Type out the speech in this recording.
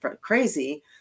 crazy